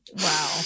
wow